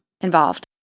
involved